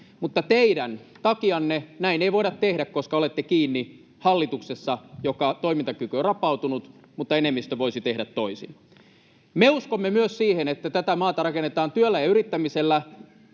Mutta teidän takianne näin ei voida tehdä, koska olette kiinni hallituksessa, jonka toimintakyky on rapautunut. Mutta enemmistö voisi tehdä toisin. Me uskomme myös siihen, että tätä maata rakennetaan työllä ja yrittämisellä